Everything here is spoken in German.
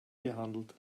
gehandelt